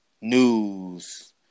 news